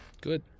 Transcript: Good